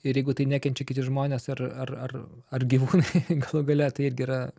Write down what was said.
ir jeigu tai nekenčia kiti žmonės ar ar ar ar gyvūnai galų gale tai irgi yra